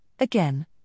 again